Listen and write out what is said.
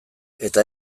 eta